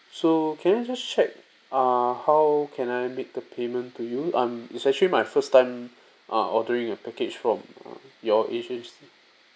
so can I just check uh how can I make the payment to you um it's actually my first time err ordering a package from your agency